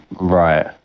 Right